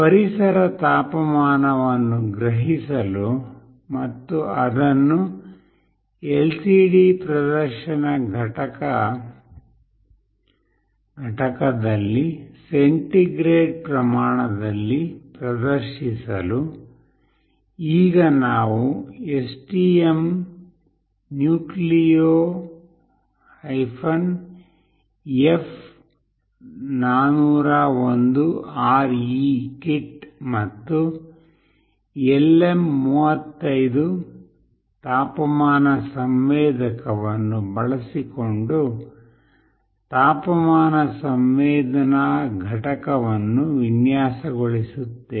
ಪರಿಸರ ತಾಪಮಾನವನ್ನು ಗ್ರಹಿಸಲು ಮತ್ತು ಅದನ್ನು LCD ಪ್ರದರ್ಶನ ಘಟಕದಲ್ಲಿ ಸೆಂಟಿಗ್ರೇಡ್ ಪ್ರಮಾಣದಲ್ಲಿ ಪ್ರದರ್ಶಿಸಲು ಈಗ ನಾವು STM Nucleo F401RE kit ಮತ್ತು LM35 ತಾಪಮಾನ ಸಂವೇದಕವನ್ನು ಬಳಸಿಕೊಂಡು ತಾಪಮಾನ ಸಂವೇದನಾ ಘಟಕವನ್ನು ವಿನ್ಯಾಸಗೊಳಿಸುತ್ತೇವೆ